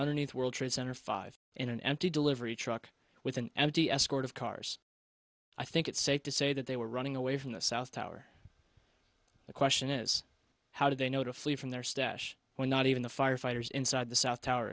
underneath world trade center five in an empty delivery truck with an empty escort of cars i think it's safe to say that they were running away from the south tower the question is how did they know to flee from their stash when not even the firefighters inside the south tower